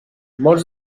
molts